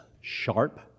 sharp